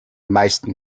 meisten